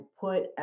put